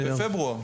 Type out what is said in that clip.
בפברואר.